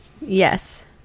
Yes